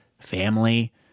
family